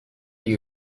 you